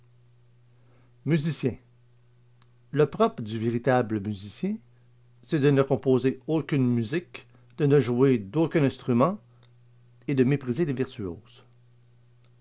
musicien le propre du véritable musicien c'est de ne composer aucune musique de ne jouer d'aucun instrument et de mépriser les virtuoses